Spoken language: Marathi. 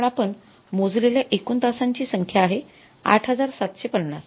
पण आपण मोजलेल्या एकूण तासांची संख्या आहे ८७५०